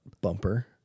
bumper